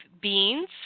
beans